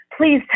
please